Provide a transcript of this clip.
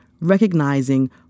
recognizing